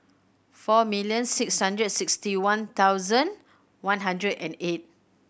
four million six hundred sixty one thousand one hundred and eight